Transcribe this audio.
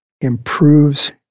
improves